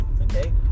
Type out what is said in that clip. okay